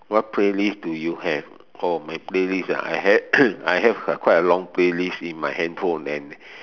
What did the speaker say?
what playlist do you have oh my playlist ah I have I have quite a long playlist in my handphone and